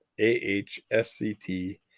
AHSCT